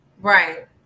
Right